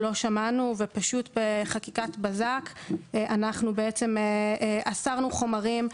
"לא שמענו" ופשוט בחקיקת בזק אסרנו חומרים.